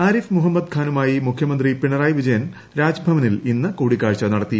ആരിഫ് മുഹമ്മദ് ഖാനുമായി മുഖ്യമന്ത്രി പിണിട്ടുയി വിജയൻ രാജ്ഭവനിൽ ഇന്ന് കൂടിക്കാഴ്ച നടത്തി